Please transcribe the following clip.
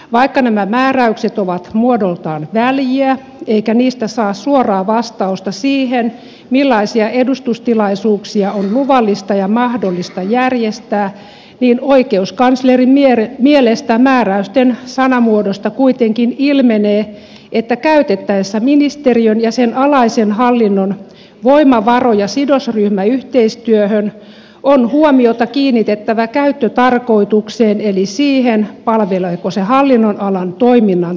vaikka nämä määräykset ovat muodoltaan väljiä eikä niistä saa suoraa vastausta siihen millaisia edustustilaisuuksia on luvallista ja mahdollista järjestää niin oikeuskanslerin mielestä määräysten sanamuodosta kuitenkin ilmenee että käytettäessä ministeriön ja sen alaisen hallinnon voimavaroja sidosryhmäyhteistyöhön on huomiota kiinnitettävä käyttötarkoitukseen eli siihen palveleeko se hallinnonalan toiminnan tavoitteita